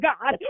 God